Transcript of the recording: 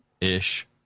ish